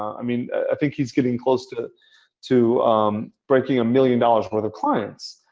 i mean, i think he's getting close to to um breaking a million dollars worth of clients.